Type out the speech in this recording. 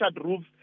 roofs